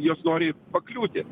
jos nori pakliūti